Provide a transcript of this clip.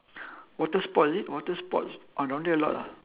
water sports is it water sports ah down there a lot lah